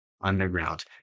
underground